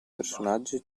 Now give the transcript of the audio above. personaggi